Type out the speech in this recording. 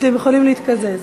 אתם יכולים להתקזז.